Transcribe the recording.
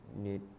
need